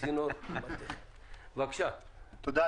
תודה,